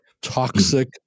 Toxic